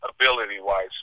ability-wise